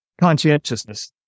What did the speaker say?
conscientiousness